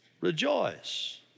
Rejoice